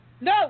No